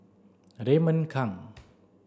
Raymond Kang